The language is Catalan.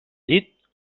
llit